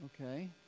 Okay